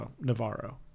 Navarro